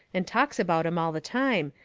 and talks about em all the time,